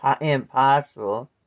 impossible